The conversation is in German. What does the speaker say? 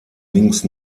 links